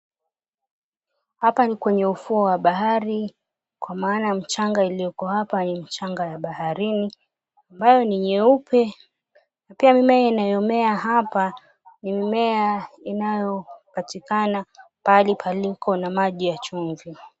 Hapa ni kwenye ufuo wa bahari, kwa maana mchanga iliyoko hapa ni mchanga ya baharini, ambayo ni nyeupe. Na pia mimi inayomea hapa ni mimea inayopatikana pahali palipo na maji ya chumvi.